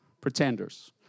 Pretenders